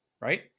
Right